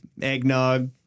eggnog